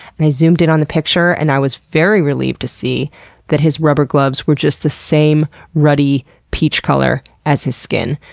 and zoomed in on the picture and i was very relieved to see that his rubber gloves were just the same ruddy peach color as his skin.